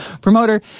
Promoter